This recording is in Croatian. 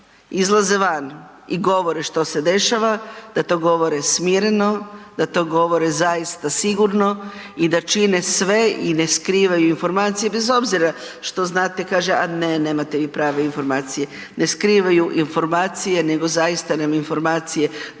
izlaze van i govore što se dešava da to govore smireno, da to govore zaista sigurno i da čine sve i ne skrivaju informacije bez obzira što znate kaže – a ne, ne nemate vi prave informacije – ne skrivaju informacije, nego zaista mi informacije dobivamo,